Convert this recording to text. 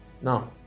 now